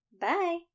Bye